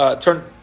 turn